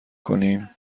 کنیم